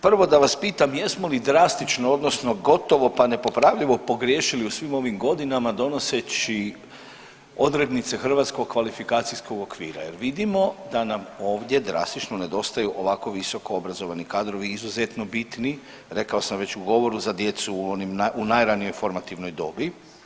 Prvo, da vas pitam jesmo li drastično odnosno gotovo pa nepopravljivo pogriješili u svim ovim godinama donoseći odrednice Hrvatskog kvalifikacijskog okvira jer vidimo da nam ovdje drastično nedostaju ovako visoko obrazovani kadrovi izuzetno bitni, rekao sam već u govoru za djecu u onim, u najranijoj formativnoj dobi.